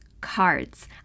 Cards